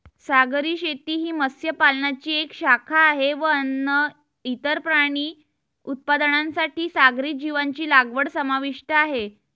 सागरी शेती ही मत्स्य पालनाची एक शाखा आहे व अन्न, इतर प्राणी उत्पादनांसाठी सागरी जीवांची लागवड समाविष्ट आहे